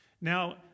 Now